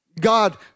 God